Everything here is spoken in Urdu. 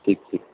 ٹھیک ٹھیک